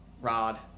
rod